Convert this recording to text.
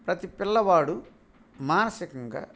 ప్రతీ పిల్లవాడు మానసికంగా